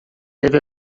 deve